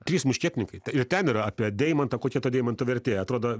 trys muškietininkai ir ten yra apie deimantą kokia to deimanto vertė atrodo